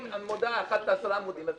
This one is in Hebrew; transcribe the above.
אם מודעה אחת לעשרה עמודים, אז